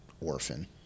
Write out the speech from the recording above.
Orphan